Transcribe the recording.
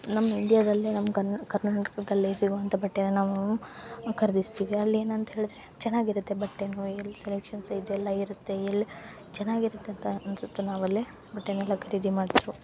ನಮ್ಮ ಇಂಡಿಯದಲ್ಲೆ ನಮ್ಮ ಕನ್ ಕರ್ನಾಟಕದಲ್ಲೆ ಸಿಗುವಂಥ ಬಟ್ಟೆನ ನಾವು ಖರ್ದಿಸ್ತೀವಿ ಅಲ್ಲಿ ಏನಂತ ಹೇಳಿದರೆ ಚೆನ್ನಾಗಿರುತ್ತೆ ಬಟ್ಟೆನು ಎಲ್ ಸೆಲೆಕ್ಷನ್ಸ್ ಇದೆಲ್ಲ ಇರುತ್ತೆ ಎಲ್ಲಿ ಚೆನ್ನಾಗಿರುತ್ತೆ ಅಂತ ಅನ್ಸುತ್ತೆ ನಾವಲ್ಲೆ ಬಟ್ಟೆನೆಲ್ಲ ಖರೀದಿ ಮಾಡ್ತ್ರು